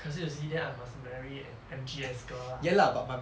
可是 you see then I must marry an M_G_S girl lah